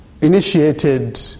initiated